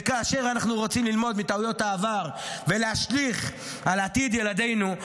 וכאשר אנחנו רוצים ללמוד מטעויות העבר ולהשליך מכך על עתיד ילדינו,